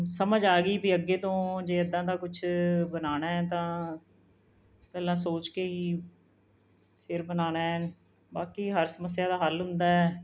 ਸਮਝ ਆ ਗਈ ਵੀ ਅੱਗੇ ਤੋਂ ਜੇ ਇੱਦਾਂ ਦਾ ਕੁਛ ਬਣਾਉਣਾ ਹੈ ਤਾਂ ਪਹਿਲਾਂ ਸੋਚ ਕੇ ਹੀ ਫਿਰ ਬਣਾਉਣਾ ਹੈ ਬਾਕੀ ਹਰ ਸਮੱਸਿਆ ਦਾ ਹੱਲ ਹੁੰਦਾ ਹੈ